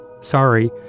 sorry